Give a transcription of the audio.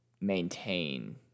maintain